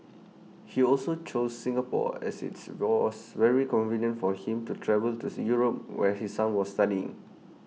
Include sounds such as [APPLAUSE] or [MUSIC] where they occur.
he also chose Singapore as its roars very convenient for him to travel to [UNINTELLIGIBLE] Europe where his son was studying